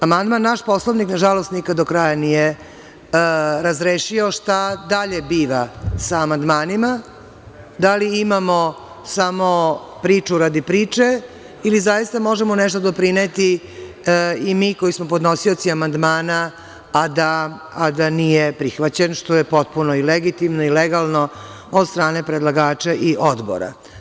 Amandman naš Poslovnik nikad do kraja, nažalost, nije razrešio - šta dalje biva sa amandmanima, da li imamo samo priču radi priče ili zaista možemo nešto doprineti i mi koji smo podnosioci amandmana, a da nije prihvaćen, što je potpuno i legitimno i legalno od strane predlagača i odbora.